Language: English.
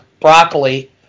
Broccoli